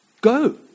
go